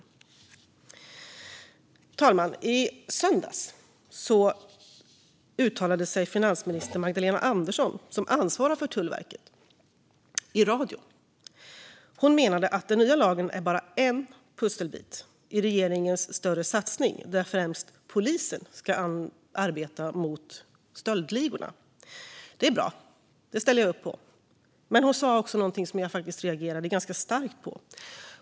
Fru talman! I söndags uttalade sig finansminister Magdalena Andersson, som ansvarar för Tullverket, i radio. Hon menade att den nya lagen bara är en pusselbit i regeringens större satsning, där främst polisen ska arbeta mot stöldligorna. Det är bra. Det ställer jag upp på. Men hon sa också någonting som jag reagerade ganska starkt på.